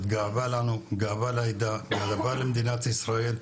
את גאווה לנו, גאווה לעדה, גאווה למדינת ישראל.